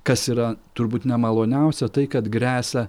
kas yra turbūt nemaloniausia tai kad gresia